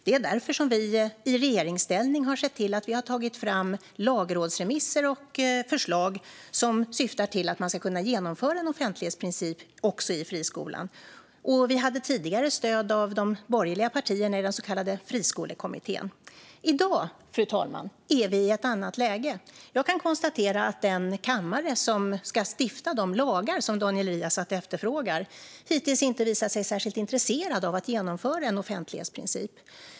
Det är därför vi i regeringsställning har sett till att ta fram lagrådsremisser och förslag som syftar till att man ska kunna genomföra en offentlighetsprincip även i friskolan. Vi hade tidigare stöd av de borgerliga partierna i den så kallade Friskolekommittén. I dag, fru talman, är vi i ett annat läge. Jag kan konstatera att den kammare som ska stifta de lagar som Daniel Riazat efterfrågar hittills inte visat sig särskilt intresserad av att genomföra en offentlighetsprincip.